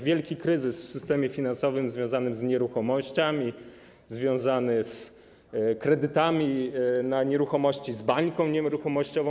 Wielki kryzys w systemie finansowym związany z nieruchomościami, związany z kredytami na nieruchomości, z bańką nieruchomościową.